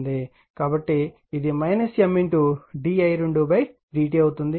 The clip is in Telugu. కాబట్టి ఇది M di2dt అవుతుంది